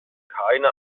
keine